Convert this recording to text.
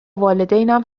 والدینم